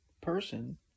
person